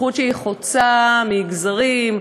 זכות שהיא חוצה מגזרים,